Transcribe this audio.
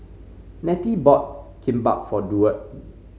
Nettie bought Kimbap for Duard